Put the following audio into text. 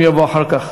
אם יבוא אחר כך,